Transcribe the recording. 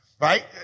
right